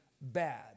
bad